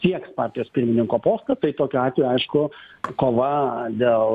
tiek partijos pirmininko posto tai tokiu atveju aišku kova dėl